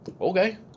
Okay